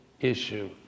issue